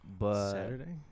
Saturday